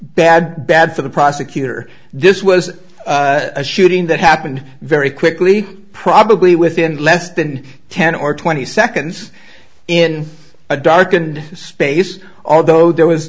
bad bad for the prosecutor this was a shooting that happened very quickly probably within less than ten or twenty seconds in a darkened space although there was